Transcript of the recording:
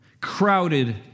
crowded